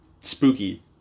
spooky